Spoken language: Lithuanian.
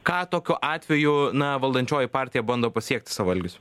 ką tokiu atveju na valdančioji partija bando pasiekti savo elgesiu